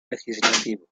legislativo